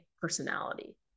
personality